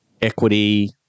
equity